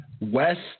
West